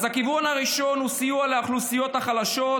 הכיוון הראשון הוא סיוע לאוכלוסיות חלשות,